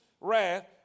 wrath